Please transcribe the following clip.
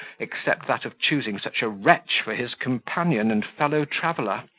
except that of choosing such a wretch for his companion and fellow-traveller.